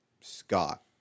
Scott